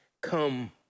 come